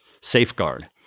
safeguard